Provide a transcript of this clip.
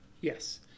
Yes